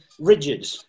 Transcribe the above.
rigid